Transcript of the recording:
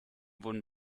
wurden